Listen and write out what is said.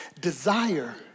desire